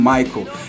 Michael